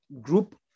group